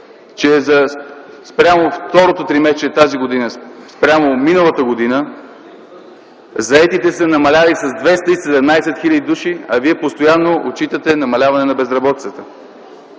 че за второто тримесечие тази година, спрямо миналата година, заетите са намалели с 217 хил.души, а Вие постоянно отчитате намаляване на безработицата.